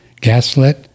gaslit